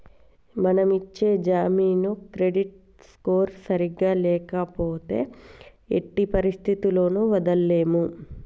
మనం ఇచ్చే జామీను క్రెడిట్ స్కోర్ సరిగ్గా ల్యాపోతే ఎట్టి పరిస్థతుల్లోను వదలలేము